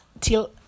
till